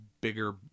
bigger